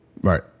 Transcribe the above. right